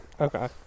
okay